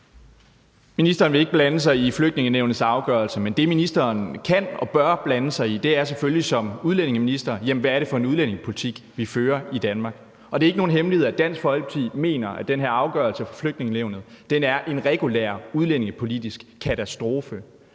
Ministeren vil ikke blande sig i Flygtningenævnets afgørelse, men det, ministeren som udlændingeminister kan og bør blande sig i, er selvfølgelig, hvad det er for en udlændingepolitik, vi fører i Danmark. Det er ikke nogen hemmelighed, at Dansk Folkeparti mener, at den her afgørelse fra Flygtningenævnet er en regulær udlændingepolitisk katastrofe.